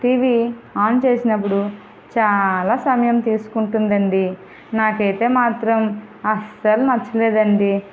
TV on చేసినప్పుడు చాలా సమయం తీసుకుంటుంది అండి నాకైతే మాత్రం అసలు నచ్చలేదండి